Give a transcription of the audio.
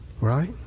Right